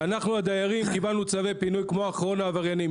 ואנחנו הדיירים קיבלנו צווי פינוי כמו אחרון העבריינים.